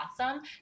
awesome